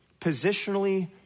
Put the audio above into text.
positionally